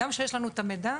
גם כשיש לנו המידע,